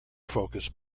focus